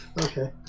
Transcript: Okay